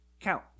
count